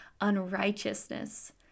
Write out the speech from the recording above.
unrighteousness